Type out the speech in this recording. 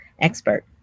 expert